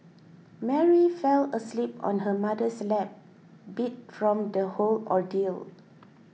Mary fell asleep on her mother's lap beat from the whole ordeal